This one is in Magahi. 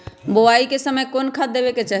बोआई के समय कौन खाद देवे के चाही?